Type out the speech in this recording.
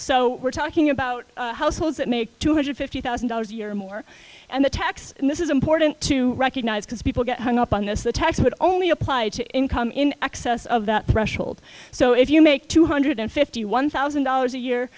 so we're talking about households that make two hundred fifty thousand dollars a year or more and the tax and this is important to recognize because people get hung up on this the tax would only apply to income in excess of that threshold so if you make two hundred fifty one thousand dollars a year